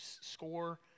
score